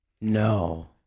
No